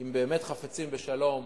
אם הם באמת חפצים בשלום,